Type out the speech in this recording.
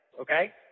Okay